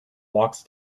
walks